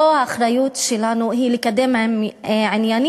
פה האחריות שלנו היא לקדם עניינים,